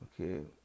Okay